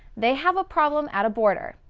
they have a problem at a border.